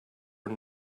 are